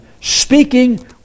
speaking